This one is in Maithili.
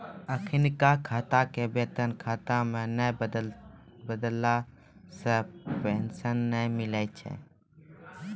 अखिनका खाता के वेतन खाता मे नै बदलला से पेंशन नै मिलै छै